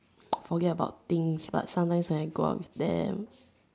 forget about things but sometimes when I go out with them